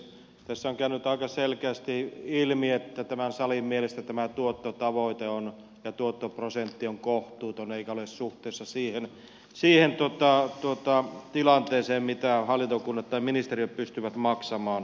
tässä on käynyt aika selkeästi ilmi että tämän salin mielestä tämä tuottotavoite ja tuottoprosentti on kohtuuton eikä ole suhteessa siihen tilanteeseen mitä hallintokunnat tai ministeriöt pystyvät maksamaan